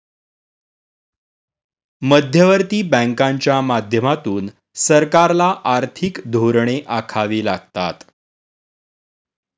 मध्यवर्ती बँकांच्या माध्यमातून सरकारला आर्थिक धोरणे आखावी लागतात